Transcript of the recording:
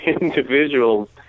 individuals